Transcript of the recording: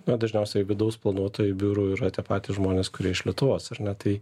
na dažniausiai jei vidaus planuotojai biurų yra tie patys žmonės kurie iš lietuvos ar ne tai